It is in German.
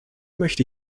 möchte